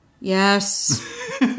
Yes